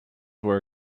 were